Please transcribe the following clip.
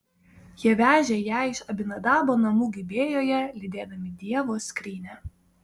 jie vežė ją iš abinadabo namų gibėjoje lydėdami dievo skrynią